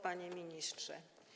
Panie Ministrze!